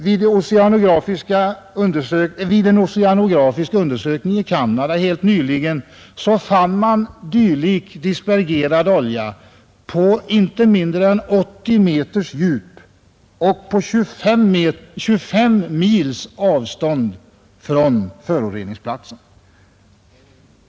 Vid en oceanografisk undersökning i Canada helt nyligen återfanns dylik dispergerad olja på inte mindre än 80 meters djup och på 25 mils avstånd från föroreningsplatsen.